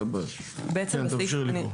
כן, תמשיכי לקרוא.